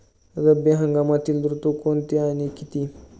रब्बी हंगामातील ऋतू कोणते आणि किती?